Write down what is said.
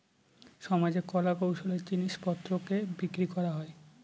সমাজে কলা কৌশলের জিনিস পত্রকে বিক্রি করা হয়